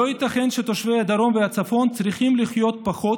לא ייתכן שתושבי הדרום והצפון צריכים לחיות פחות